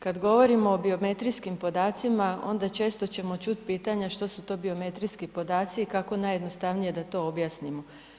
Kad govorimo o biometrijskim podacima ona često ćemo čuti pitanja što su to biometrijski podaci i kako najjednostavnije da to objasnimo.